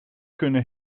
kunnen